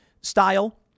style